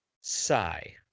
sigh